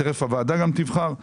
תכף גם הוועדה תבחר.